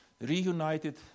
reunited